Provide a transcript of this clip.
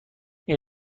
این